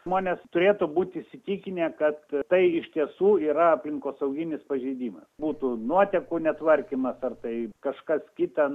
žmonės turėtų būti įsitikinę kad tai iš tiesų yra aplinkosauginis pažeidimas būtų nuotekų netvarkymas ar tai kažkas kita